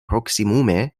proksimume